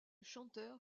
chanteur